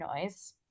noise